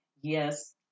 yes